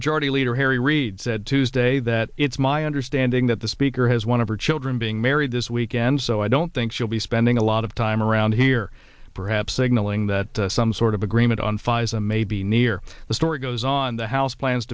majority leader harry reid said tuesday that it's my understanding that the speaker has one of her children being married this weekend so i don't think she'll be spending a lot of time around here perhaps signaling the some sort of agreement on pfizer may be near the story goes on the house plans